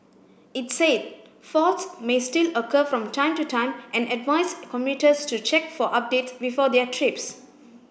it said faults may still occur from time to time and advised commuters to check for update before their trips